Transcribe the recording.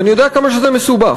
ואני יודע כמה שזה מסובך.